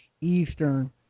Eastern